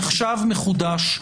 מחשב מחודש,